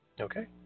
Okay